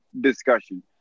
discussion